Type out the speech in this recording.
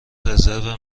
رزرو